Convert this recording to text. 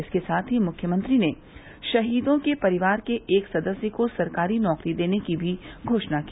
इसके साथ ही मुख्यमंत्री ने शहीदों के परिवार के एक सदस्य को सरकारी नौकरी देने की भी घोषणा की